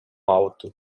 alto